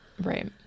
right